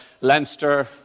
Leinster